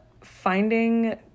finding